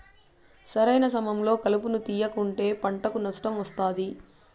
సరైన సమయంలో కలుపును తేయకుంటే పంటకు నష్టం వస్తాది